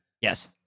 Yes